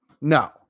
no